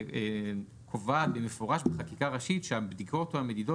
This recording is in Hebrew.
שקובעת במפורש בחקיקה ראשית שהבדיקות והמדידות